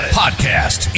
podcast